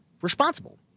responsible